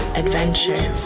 adventure